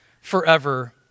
forever